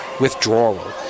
Withdrawal